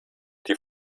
die